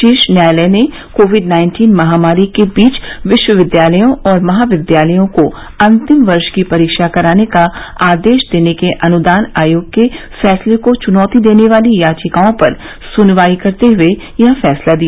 शीर्ष न्यायालय ने कोविड नाइटीन महामारी के बीच विश्वविद्यालयों और महाविद्यालयों को अंतिम वर्ष की परीक्षा कराने का आदेश देने के अनुदान आयोग के फैसले को चुनौती देने वाली याचिकाओं पर सुनवाई करते हुए यह फैसला दिया